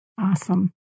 Awesome